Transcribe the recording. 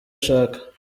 ashaka